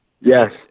Yes